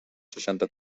seixanta